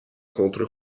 contro